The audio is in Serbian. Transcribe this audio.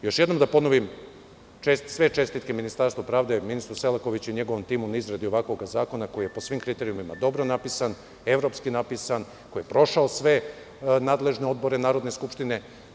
Još jednom da ponovim, sve čestitke Ministarstvu pravde, ministru Selakoviću, i njegovom timu na izradi ovakvog zakona, koji je po svim kriterijumima dobro napisan, evropski napisan, koji je prošao sve nadležne odbore Narodne skupštine.